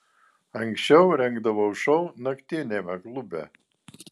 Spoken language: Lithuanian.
anksčiau rengdavau šou naktiniame klube